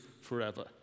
forever